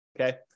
okay